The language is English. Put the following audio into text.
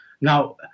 Now